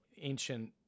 ancient